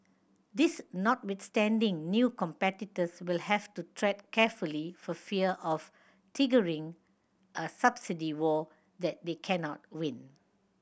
this notwithstanding new competitors will have to tread carefully for fear of triggering a subsidy war that they cannot win